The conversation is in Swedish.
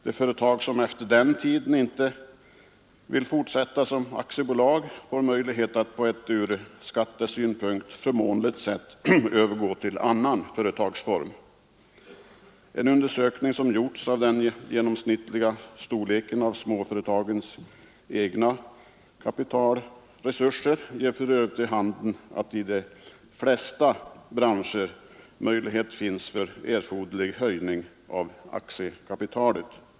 De företag som efter den tiden inte vill fortsätta som aktiebolag får möjlighet att på ett från skattesynpunkt förmånligt sätt övergå till annan företagsform. En undersökning som gjorts av den genomsnittliga storleken av småföretagens egna kapitalresurser ger för övrigt vid handen att i de flesta branscher möjlighet finns för erforderlig höjning av aktiekapitalet.